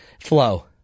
flow